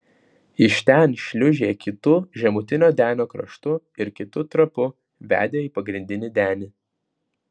iš ten šliūžė kitu žemutinio denio kraštu ir kitu trapu vedė į pagrindinį denį